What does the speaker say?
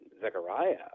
Zechariah